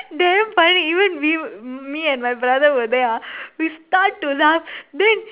damn funny even we me and brother was there ah we start to laugh then